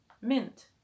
mint